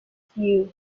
few